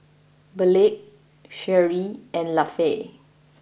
Burleigh Sherree and Lafe